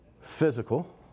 physical